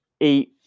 eat